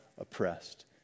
oppressed